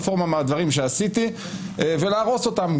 רפורמה מהדברים שעשיתי ולהרוס אותם,